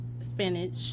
spinach